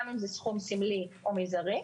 גם אם זה סכום סמלי או מזערי,